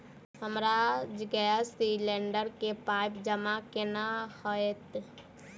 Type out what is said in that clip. हमरा gas cylinder केँ पाई जमा केना हएत?